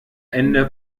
ende